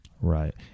right